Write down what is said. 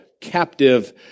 captive